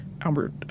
Albert